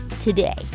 today